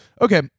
Okay